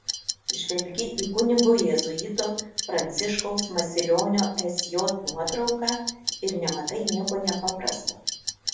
žvelgi į kunigo jėzuito pranciškaus masilionio sj nuotrauką ir nematai nieko nepaprasto